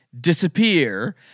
disappear